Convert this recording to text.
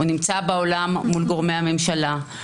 הוא נמצא בעולם מול גורמי הממשלה,